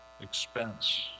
expense